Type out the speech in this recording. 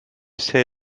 say